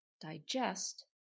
digest